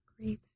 Great